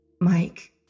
Mike